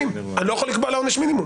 אני לא יכול לקבוע לה עונש מינימום.